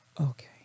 okay